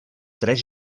tres